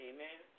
Amen